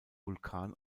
vulkan